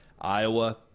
Iowa